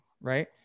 right